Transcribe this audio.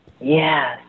Yes